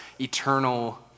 eternal